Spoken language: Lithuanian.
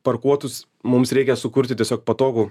parkuotus mums reikia sukurti tiesiog patogų